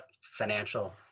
financial